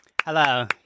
Hello